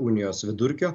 unijos vidurkio